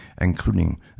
including